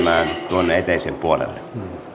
tuonne eteisen puolelle